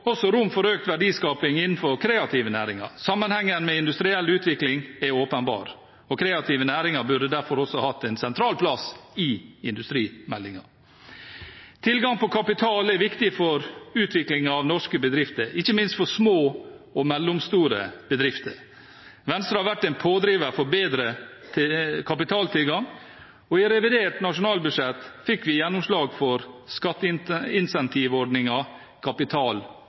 også rom for økt verdiskaping innenfor kreative næringer. Sammenhengen med industriell utvikling er åpenbar, og kreative næringer burde derfor også hatt en sentral plass i industrimeldingen. Tilgang på kapital er viktig for utviklingen av norske bedrifter, ikke minst for små og mellomstore bedrifter. Venstre har vært en pådriver for bedre kapitaltilgang, og i revidert nasjonalbudsjett fikk vi gjennomslag for